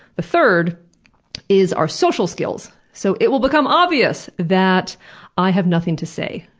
the third is our social skills. so it will become obvious that i have nothing to say,